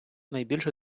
найбільше